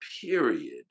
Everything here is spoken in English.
period